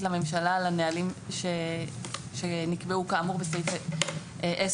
לממשלה על הנהלים שנקבעו כאמור בסעיף 10יז(ב).